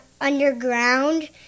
Underground